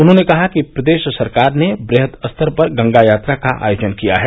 उन्होंने कहा कि प्रदेश सरकार ने वहद स्तर पर गंगा यात्रा का आयोजन किया है